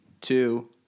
two